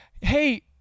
hey